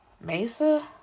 Mesa